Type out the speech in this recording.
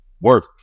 work